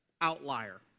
outlier